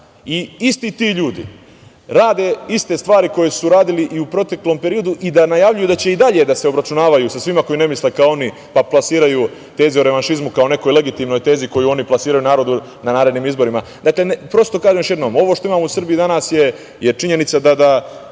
isti ti ljudi rade iste stvari koje su radili i u proteklom periodu i najavljuju da će i dalje da se obračunavaju sa svima koji ne misle kao oni, pa plasiraju tezu o revanšizmu kao nekoj legitimnoj tezi koju oni plasiraju narodu na narednim izborima. Ovo što imamo u Srbiji danas je činjenica da